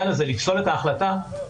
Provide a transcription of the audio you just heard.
הייעוץ המשפטי יגיד,